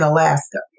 Alaska